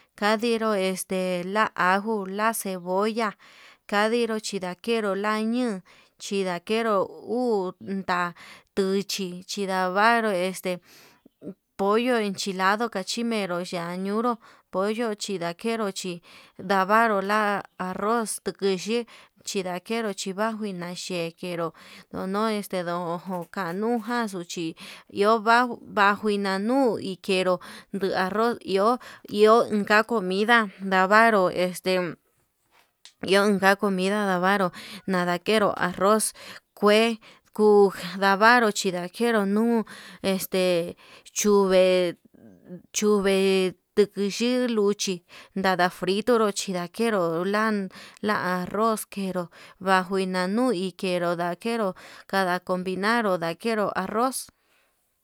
Kandiro este la ajo la cebolla kandiro chi nakeru na'a ñon, xhindakeru uu nda'a tuchi chindavaru este, pollo enchilando kachi menró ya'á ñuru pollo chindakero chí, ndavaru la arroz tuyuye chindakeru chivangui naye'e nakero ndono este ndó, jo kanukaxu xhi iho vauu vauu kuina nuu ikeru, ndu arroz iho iho inka comida ndavaru este iun ka'a comida ndavaru nadakeru arroz, kue kuu ndavaru chindakeru nuu este chuvee chuvee ndiki yii luchi, ndada frituru chidakeru lan la arroz keru bangu nanui kenró ndakero kada combinar kuu ndakero arroz.